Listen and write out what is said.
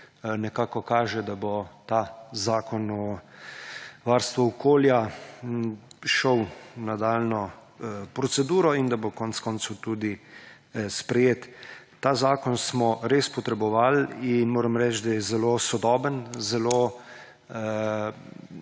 nekako kaže, da bo ta zakon o varstvu okolja šel v nadaljnjo proceduro in da bo konec koncev tudi sprejet. Ta zakon smo res potrebovali in moram reči, da je zelo sodoben, zelo